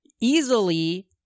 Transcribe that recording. easily